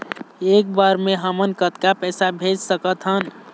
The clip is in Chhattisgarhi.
एक बर मे हमन कतका पैसा भेज सकत हन?